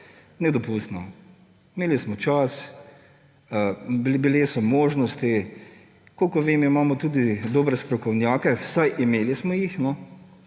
nedopustno. Imeli smo čas, bile so možnosti, kolikor vem, imamo tudi dobre strokovnjake, vsaj imeli smo jih,